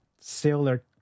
Sailor